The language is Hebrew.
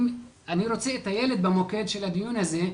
אני רוצה את הילד במוקד של הדיון הזה,